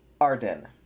Arden